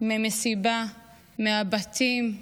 מהמסיבה, מהבתים,